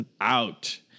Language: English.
out